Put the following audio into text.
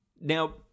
Now